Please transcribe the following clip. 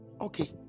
okay